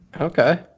Okay